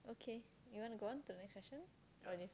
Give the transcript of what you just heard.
okay you want to go on to the next question or do you